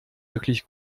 wirklich